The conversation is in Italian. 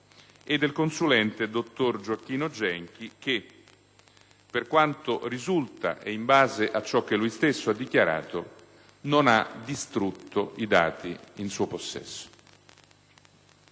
e del consulente, dottor Gioacchino Genchi, che, per quanto risulta e in base a ciò che lui stesso ha dichiarato, non ha distrutto i dati in proprio possesso.